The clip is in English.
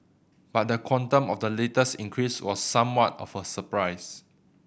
but the quantum of the latest increase was somewhat of a surprise